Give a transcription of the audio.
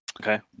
Okay